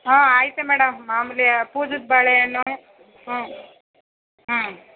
ಹಾಂ ಆಯಿತು ಮೇಡಮ್ ಮಾಮುಲಿ ಪೂಜದ ಬಾಳೆಹಣ್ಣು ಹ್ಞೂ ಹ್ಞೂ